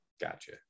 Gotcha